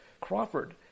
Crawford